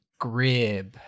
Grib